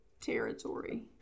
territory